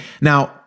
Now